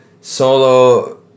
solo